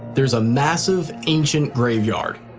there's a massive ancient graveyard.